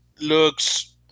looks